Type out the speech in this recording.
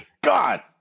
God